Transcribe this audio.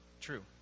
true